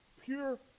pure